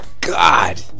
God